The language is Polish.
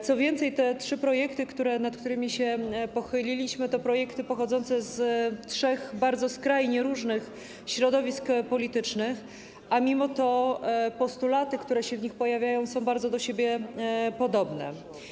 Co więcej, te trzy projekty, nad którymi się pochyliliśmy, to projekty pochodzące z trzech bardzo skrajnie różnych środowisk politycznych, a mimo to postulaty, które się w nich pojawiają, są bardzo do siebie podobne.